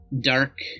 dark